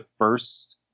first